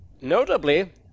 notably